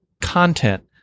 Content